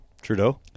Trudeau